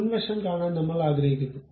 മുൻവശം കാണാൻ നമ്മൾ ആഗ്രഹിക്കുന്നു